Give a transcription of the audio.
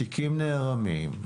תיקים נערמים,